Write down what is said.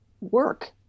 work